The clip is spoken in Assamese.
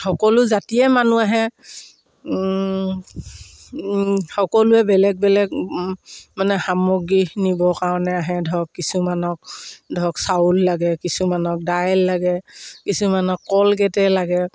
সকলো জাতিৰে মানুহ আহে সকলোৱে বেলেগ বেলেগ মানে সামগ্ৰী নিবৰ কাৰণে আহে ধৰক কিছুমানক ধৰক চাউল লাগে কিছুমানক দাইল লাগে কিছুমানক কলগেটেই লাগে